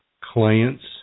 clients